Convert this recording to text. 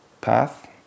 path